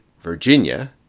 Virginia